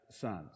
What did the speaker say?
sons